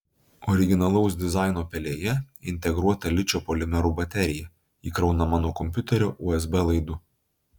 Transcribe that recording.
originalaus dizaino pelėje integruota ličio polimerų baterija įkraunama nuo kompiuterio usb laidu